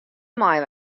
meie